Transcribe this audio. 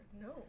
No